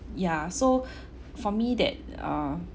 ya so for me that uh